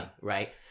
right